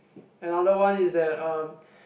another one is that um